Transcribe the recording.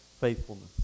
faithfulness